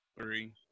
three